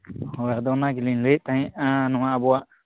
ᱦᱳᱭ ᱟᱫᱚ ᱱᱚᱣᱟ ᱜᱮᱞᱤᱧ ᱞᱟᱹᱭᱮᱫ ᱛᱟᱦᱮᱸᱫᱼᱟ ᱱᱚᱣᱟ ᱟᱵᱚᱣᱟᱜ